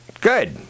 Good